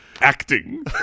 Acting